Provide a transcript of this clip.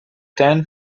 ten